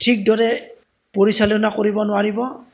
ঠিক দৰে পৰিচালনা কৰিব নোৱাৰিব